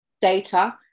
data